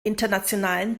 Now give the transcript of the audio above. internationalen